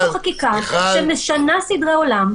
-- יש פה חקיקה שמשנה סדרי עולם,